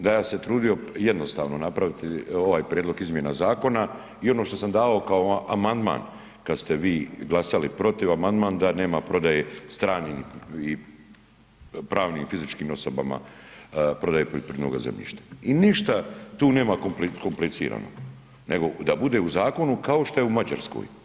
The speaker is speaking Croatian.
Da, ja sam se trudio jednostavno napraviti ovaj prijedlog izmjena zakona i ono šta sam davao kao amandman kad ste vi glasali protiv, amandman da nema prodaje stranim pravnim i fizičkim osobama prodaje poljoprivrednoga zemljišta i ništa tu nema komplicirano nego da bude u zakonu kao šta je u Mađarskoj.